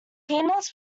peanuts